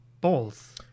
balls